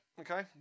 Okay